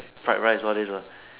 fried rice all these lah